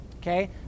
Okay